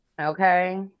okay